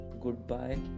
goodbye